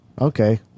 okay